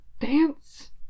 Dance